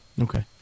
Okay